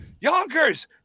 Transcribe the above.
Yonkers